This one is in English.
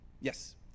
Yes